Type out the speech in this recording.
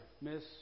miss